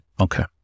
Okay